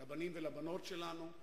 לבנים ולבנות שלנו.